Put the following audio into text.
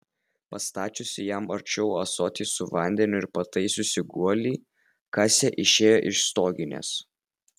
pastačiusi jam arčiau ąsotį su vandeniu ir pataisiusi guolį kasė išėjo iš stoginės